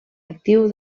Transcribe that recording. actiu